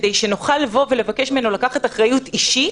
כדי שנוכל לבוא ולבקש ממנו לקחת אחריות אישית,